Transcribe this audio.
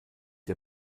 der